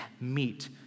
meet